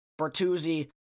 Bertuzzi